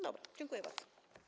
Dobra, dziękuję bardzo.